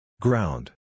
Ground